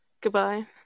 Goodbye